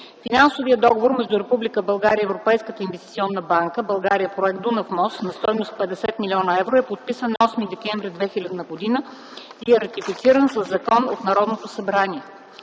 Финансовият договор между Република България и Европейската инвестиционна банка „България – проект Дунав мост” на стойност 50 млн. евро е подписан на 8 декември 2000 г. и е ратифициран със закон от Народното събрание.